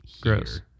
gross